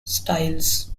styles